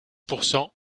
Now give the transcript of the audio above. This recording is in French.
pourcent